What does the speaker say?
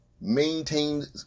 maintained